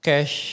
Cash